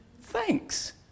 Thanks